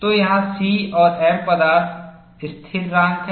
तो यहाँ C और m पदार्थ स्थिरांक हैं